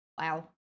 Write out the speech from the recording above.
Wow